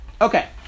Okay